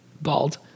bald